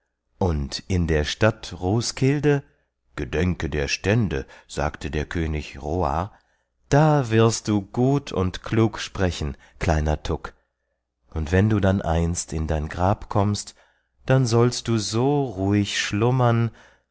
und in der stadt roeskilde gedenke der stände sagte der könig hroar da wirst du gut und klug sprechen kleiner tuk und wenn du dann einst in dein grab kommst dann sollst du so ruhig schlummern